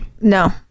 no